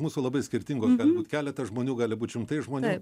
mūsų labai skirtingos gali būt keletas žmonių gali būt šimtai žmonių